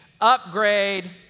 Upgrade